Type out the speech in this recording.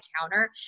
counter